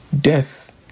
Death